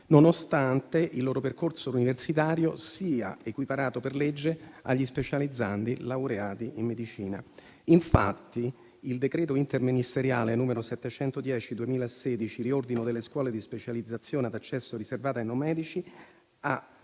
nonostante il loro percorso universitario sia equiparato per legge agli specializzandi laureati in medicina. Infatti, il decreto interministeriale n. 710 del 2016, di riordino delle scuole di specializzazione ad accesso riservato ai non medici, ha